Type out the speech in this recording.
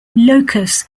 locus